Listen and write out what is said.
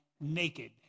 naked